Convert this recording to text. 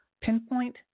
pinpoint